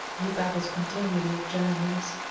he babbles continually of germans,